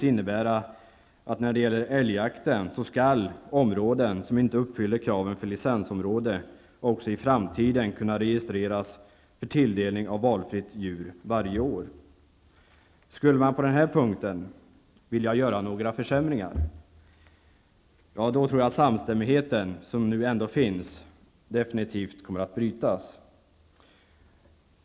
innebära att när det gäller älgjakten skall områden som inte uppfyller kraven för licensområde också i framtiden kunna registreras för tilldelning av valfritt djur varje år. Blir det några försämringar på den punkten tror jag att den samstämmighet som nu ändå finns definitivt kommer att brytas.